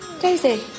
Daisy